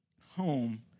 home